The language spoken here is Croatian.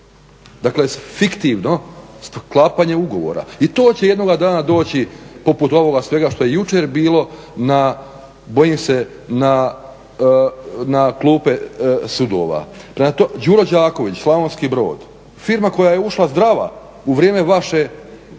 Dakle, fiktivno sklapanje ugovora i to će jednoga dana doći poput ovoga svega što je jučer bilo na bojim se, na klupe sudova. Prema tome, Đuro Đaković, Slavonski Brod, firma koja je ušla zdrava u vrijeme vaše, u vrijeme